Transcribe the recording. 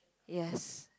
yes